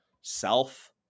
self